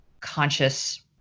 conscious